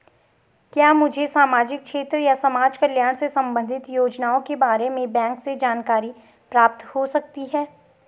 क्या मुझे सामाजिक क्षेत्र या समाजकल्याण से संबंधित योजनाओं के बारे में बैंक से जानकारी प्राप्त हो सकती है?